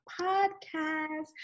podcast